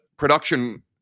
production